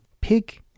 Pig